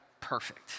perfect